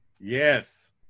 Yes